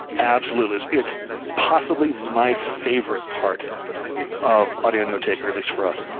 absolutely, it's possibly my favourite part of audio notetaker, at least for us.